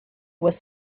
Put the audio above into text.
was